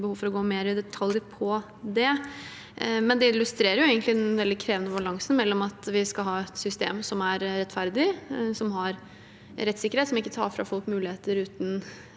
en veldig krevende balanse mellom at vi skal ha et system som er rettferdig, som har rettssikkerhet, som ikke tar fra folk muligheter uten